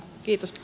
kiitos